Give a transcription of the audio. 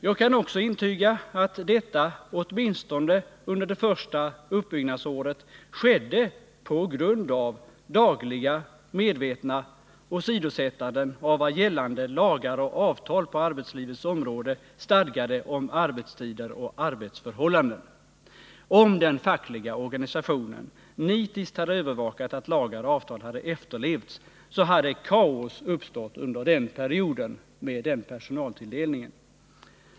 Jag kan också intyga att detta åtminstone under det första uppbyggnadsåret skedde med dagliga, medvetna åsidosättanden av vad gällande lagar och avtal på ” arbetslivets område stadgade om arbetstider och arbetsförhållanden. Om : den fackliga organisationen nitiskt hade övervakat att lagar och avtal hade efterlevts, så hade kaos uppstått under den perioden med den personaltilldelningen.